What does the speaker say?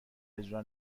اجرا